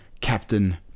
Captain